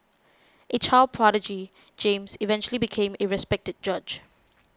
a child prodigy James eventually became a respected judge